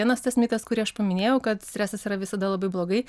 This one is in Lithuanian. vienas tas mitas kurį aš paminėjau kad stresas yra visada labai blogai